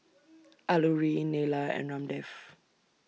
Alluri Neila and Ramdev